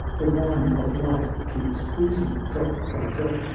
the wine of life keeps oozing drop by drop,